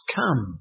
come